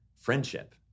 friendship